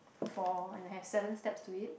for and have seven steps to it